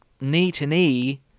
knee-to-knee